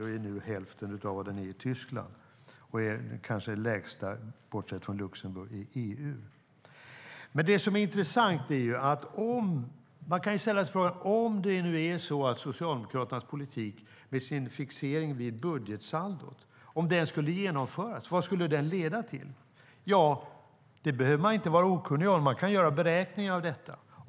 Den är nu hälften av vad den är i Tyskland, och bortsett från Luxemburgs är den kanske lägst i EU. Man kan ställa sig frågan: Om nu Socialdemokraternas politik, med sin fixering vid budgetsaldot, skulle genomföras - vad skulle den leda till? Ja, det behöver man inte vara okunnig om. Man kan göra beräkningar på detta.